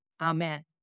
Amen